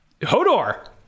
Hodor